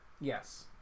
Yes